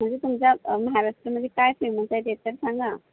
म्हणजे तुमच्या महाराष्टमध्ये काय फेमस आहे ते तर सांगा